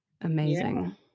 Amazing